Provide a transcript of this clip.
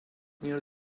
near